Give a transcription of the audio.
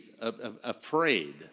afraid